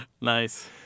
Nice